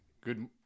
good